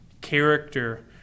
character